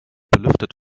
belüftet